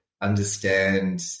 understand